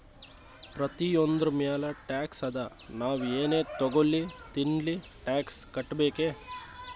ಪ್ರತಿಯೊಂದ್ರ ಮ್ಯಾಲ ಟ್ಯಾಕ್ಸ್ ಅದಾ, ನಾವ್ ಎನ್ ತಗೊಲ್ಲಿ ತಿನ್ಲಿ ಟ್ಯಾಕ್ಸ್ ಕಟ್ಬೇಕೆ